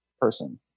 person